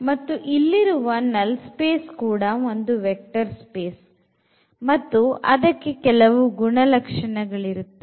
ಮತ್ತು ಇಲ್ಲಿರುವ null space ಕೂಡ ಒಂದು vector space ಮತ್ತು ಅದಕ್ಕೆ ಕೆಲವು ಗುಣಲಕ್ಷಣಗಳಿರುತ್ತವೆ